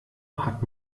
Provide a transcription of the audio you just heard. hat